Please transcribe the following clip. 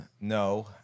No